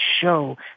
show